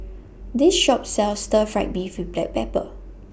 This Shop sells Stir Fried Beef with Black Pepper